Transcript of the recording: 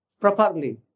properly